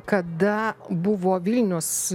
kada buvo vilnius